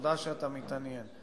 ותודה שאתה מתעניין.